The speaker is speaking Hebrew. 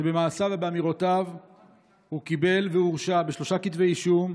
ועל מעשיו ואמירותיו הוא קיבל והורשע בשלושה כתבי אישום,